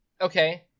okay